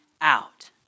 out